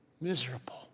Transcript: miserable